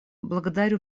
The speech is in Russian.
благодарю